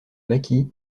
maquis